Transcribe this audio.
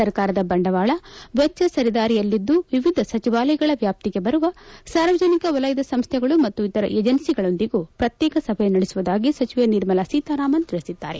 ಸರ್ಕಾರದ ಬಂಡವಾಳ ವೆಚ್ಞ ಸರಿದಾರಿಯಲ್ಲಿದ್ದು ವಿವಿಧ ಸಚಿವಾಲಯಗಳ ವ್ಯಾಪ್ತಿಗೆ ಬರುವ ಸಾರ್ವಜನಿಕ ವಲಯದ ಸಂಸ್ಥೆಗಳು ಮತ್ತು ಇತರ ಏಜೆನ್ಸಿಗಳೊಂದಿಗೂ ಪ್ರತ್ನೇಕ ಸಭೆ ನಡೆಸುವುದಾಗಿ ಸಚಿವೆ ನಿರ್ಮಲಾ ಸೀತಾರಾಮನ್ ತಿಳಿಸಿದ್ದಾರೆ